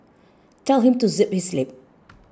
tell him to zip his lip